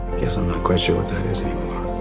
guess i'm not quite sure what that is anymore